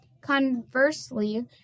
Conversely